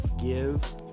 give